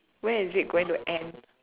when is it going to end